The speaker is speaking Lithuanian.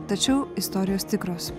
tačiau istorijos tikros